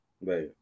Right